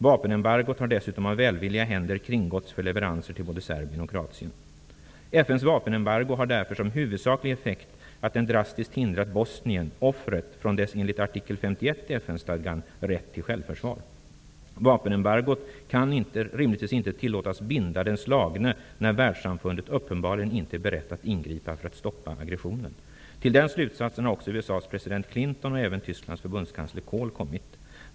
Vapenembargot har dessutom av välvilliga händer kringgåtts för leveranser till både Serbien och FN:s vapenembargo har därför som huvudsaklig effekt att det drastiskt hindrat Bosnien -- offret -- stadgan. Vapenembargot kan inte rimligtvis tillåtas binda den slagne, när världssamfundet uppenbarligen inte är berett att ingripa för att stoppa aggressionen. Till den slutsatsen har också USA:s president Clinton och även Tysklands förbundskansler Kohl kommit.